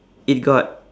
it got